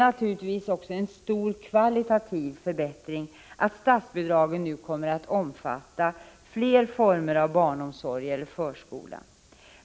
Naturligtvis är det också en stor kvalitativ förbättring att statsbidragen nu kommer att omfatta fler former av barnomsorg eller förskola.